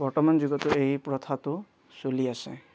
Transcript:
বৰ্তমান যুগতো এই প্ৰথাটো চলি আছে